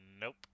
nope